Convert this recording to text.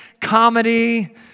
comedy